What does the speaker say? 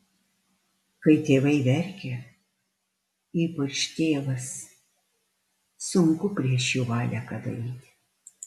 kai tėvai verkia ypač tėvas sunku prieš jų valią ką daryti